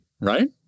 Right